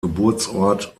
geburtsort